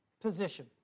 position